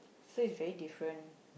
so is very different